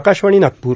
Akashvani Nagpur